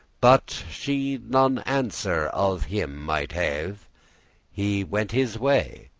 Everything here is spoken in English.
but she none answer of him mighte have he went his way,